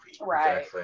right